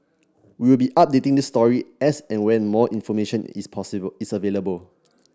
we will be updating this story as and when more information is possible is available